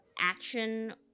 action